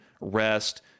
rest